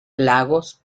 lagos